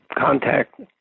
contact